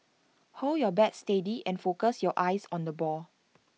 hold your bat steady and focus your eyes on the ball